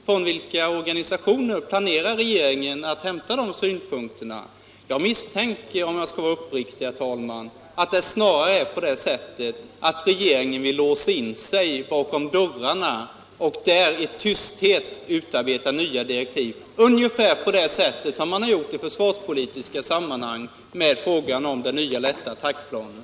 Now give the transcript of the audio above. Från vilka organisationer planerar regeringen att hämta in de synpunkterna? Jag misstänker, om jag skall vara uppriktig, att det snarare är på det sättet att regeringen vill låsa in sig bakom dörrarna och där i tysthet utarbeta nya direktiv ungefär som man har gjort i försvarspolitiska sammanhang med frågan om det nya lätta attackplanet.